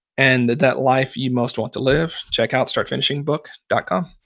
and that that life you most want to live, check out startfinishingbook dot com